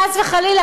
חס וחלילה,